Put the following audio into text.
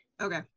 Okay